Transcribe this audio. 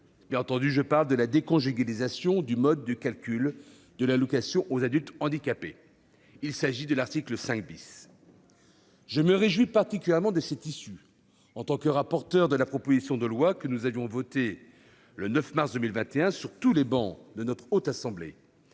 et les associations : la déconjugalisation du mode de calcul de l'allocation aux adultes handicapés, à l'article 5 . Je me réjouis particulièrement de cette issue en tant que rapporteur de la proposition de loi que nous avions adoptée le 9 mars 2021, sur toutes les travées de notre Haute Assemblée,